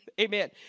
Amen